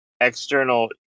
external